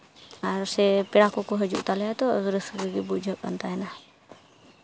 ᱟᱨ ᱥᱮ ᱯᱮᱲᱟ ᱠᱚᱠᱚ ᱦᱟᱡᱩᱜ ᱛᱟᱞᱮᱭᱟ ᱛᱚ ᱟᱫᱚ ᱨᱟᱹᱥᱠᱟᱹ ᱜᱮ ᱵᱩᱡᱷᱟᱹᱜ ᱠᱟᱱ ᱛᱟᱦᱮᱱᱟ